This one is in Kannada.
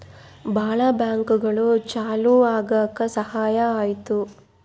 ಭಾಳ ಬ್ಯಾಂಕ್ಗಳು ಚಾಲೂ ಆಗಕ್ ಸಹಾಯ ಆಯ್ತು